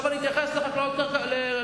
עכשיו אני אתייחס לקרקע חקלאית.